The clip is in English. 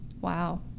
wow